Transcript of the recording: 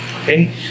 Okay